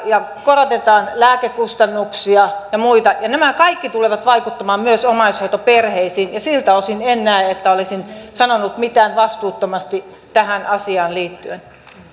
ja korotetaan lääkekustannuksia ja muita nämä kaikki tulevat vaikuttamaan myös omaishoitoperheisiin ja siltä osin en näe että olisin sanonut mitään vastuuttomasti tähän asiaan liittyen